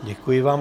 Děkuji vám.